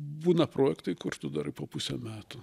būna projektai kur tu darai po pusę metų